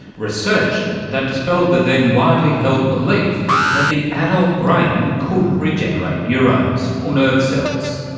research that dispelled the then widely held belief that the adult brain couldn't regenerate neurons, or nerve cells.